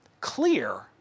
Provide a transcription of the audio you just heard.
clear